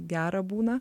gera būna